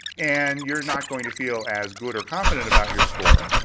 and you're not going to feel as good or confident about your score.